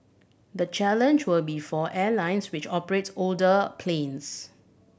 the challenge will be for airlines which operate older planes